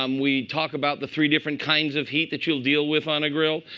um we talk about the three different kinds of heat that you'll deal with on a grill.